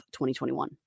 2021